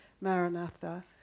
Maranatha